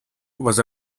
was